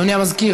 אדוני המזכיר,